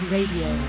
Radio